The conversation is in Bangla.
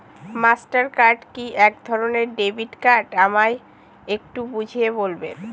মাস্টার কার্ড কি একধরণের ডেবিট কার্ড আমায় একটু বুঝিয়ে বলবেন?